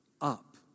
up